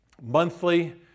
Monthly